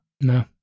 No